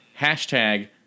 hashtag